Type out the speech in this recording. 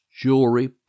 jewelry